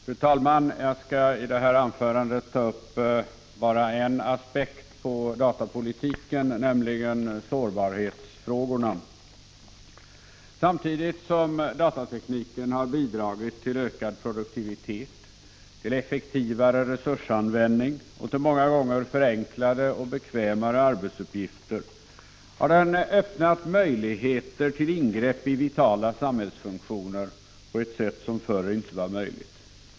Fru talman! Jag skall i mitt inlägg koncentrera mig till en enda aspekt på datapolitiken, nämligen sårbarhetsfrågorna. Samtidigt som datatekniken bidragit till ökad produktivitet, till effektivare resursanvändning och till många gånger förenklade och bekvämare arbetsuppgifter, har den öppnat möjligheter till ingrepp i vitala samhällsfunktioner på ett sätt som förr inte var möjligt.